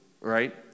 right